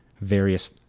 various